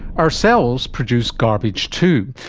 our cells produce garbage too,